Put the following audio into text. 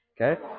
Okay